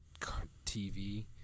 TV